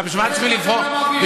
לא השתנה, שאתם לא מעבירים את הכסף.